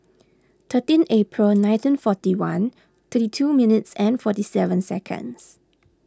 thirteen April nineteen forty one thirty two minutes and forty seven seconds